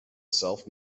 self